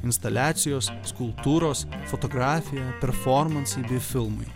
instaliacijos skulptūros fotografija performansai filmai